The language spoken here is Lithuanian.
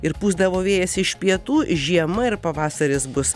ir pūsdavo vėjas iš pietų žiema ir pavasaris bus